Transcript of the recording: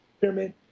pyramid